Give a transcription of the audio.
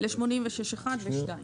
לסעיף 86 1 ו-2.